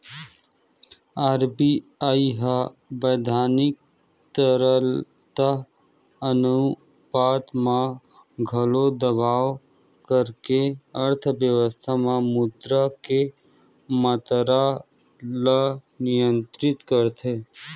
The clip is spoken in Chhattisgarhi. आर.बी.आई ह बैधानिक तरलता अनुपात म घलो बदलाव करके अर्थबेवस्था म मुद्रा के मातरा ल नियंत्रित करथे